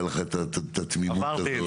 הייתה לך התמימות הזאת.